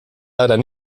leider